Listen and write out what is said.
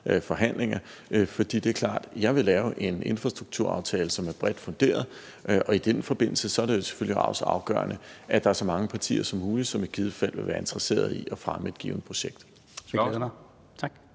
forhandlinger. For det er klart, at jeg vil lave en infrastrukturaftale, som er bredt funderet, og i den forbindelse er det selvfølgelig også afgørende, at der er så mange partier som muligt, som i givet fald vil være interesseret i at fremme et givent projekt. Kl.